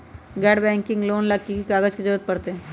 गैर बैंकिंग से लोन ला की की कागज के जरूरत पड़तै?